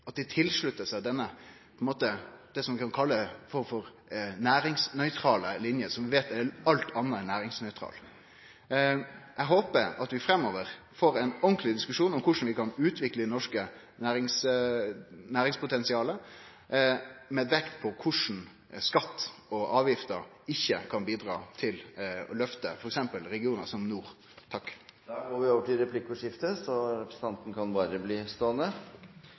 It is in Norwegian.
at dei sluttar seg til det som ein kan kalle for ei form for næringsnøytral linje – som vi veit er alt anna enn næringsnøytral. Eg håper at vi framover får ein ordentleg diskusjon om korleis vi kan utvikle det norske næringspotensialet, med vekt på korleis skattar og avgifter ikkje kan bidra til å løfte f. eks. regionar